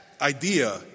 idea